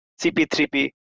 CP3P